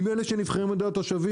עם אלה שנבחרים על ידי התושבים,